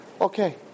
Okay